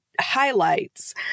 highlights